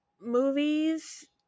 movies